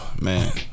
man